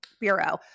Bureau